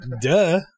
Duh